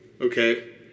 Okay